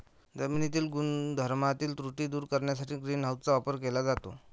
जमिनीच्या गुणधर्मातील त्रुटी दूर करण्यासाठी ग्रीन हाऊसचा वापर केला जातो